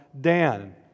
Dan